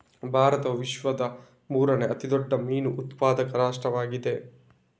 ಭಾರತವು ವಿಶ್ವದ ಮೂರನೇ ಅತಿ ದೊಡ್ಡ ಮೀನು ಉತ್ಪಾದಕ ರಾಷ್ಟ್ರವಾಗಿದೆ